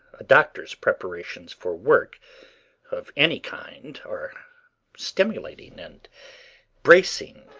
a doctor's preparations for work of any kind are stimulating and bracing,